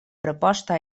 proposta